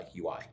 UI